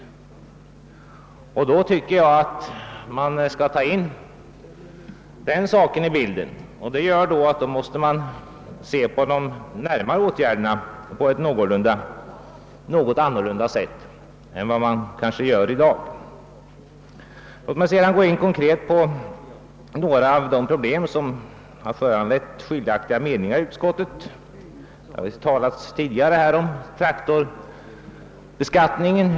Då tycker jag att man skall ta in den faktorn i bilden, vilket skulle medföra att man måste se på de åtgärder som bör vidtagas på ett annorlunda sätt än man gör i dag. Låt mig sedan gå in konkret på några av de problem som föranlett skiljaktiga meningar inom utskottet. Det har talats tidigare om traktorbeskattningen.